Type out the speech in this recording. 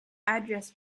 address